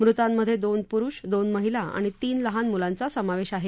मृतांमध्ये दोन पुरुष दोन महिला आणि तीन लहान मुलांचा समावेश आहे